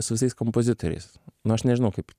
su visais kompozitoriais nu aš nežinau kaip